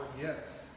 Yes